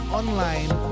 online